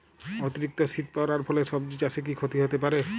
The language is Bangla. অতিরিক্ত শীত পরার ফলে সবজি চাষে কি ক্ষতি হতে পারে?